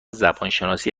زبانشناسی